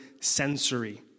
sensory